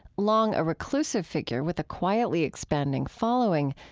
long a reclusive figure with a quietly expanding following,